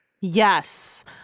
Yes